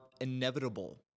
inevitable